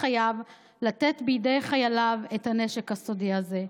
חייו לתת בידי חייליו את הנשק הסודי הזה".